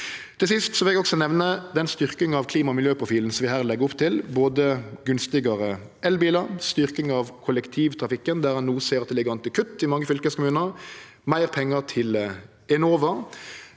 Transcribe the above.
Til sist vil eg nemne den styrkinga av klima- og miljøprofilen som vi her legg opp til. Det gjeld både gunstigare elbilar, styrking av kollektivtrafikken – der ein no ser at det ligg an til kutt i mange fylkeskommunar – og meir pengar til Enova.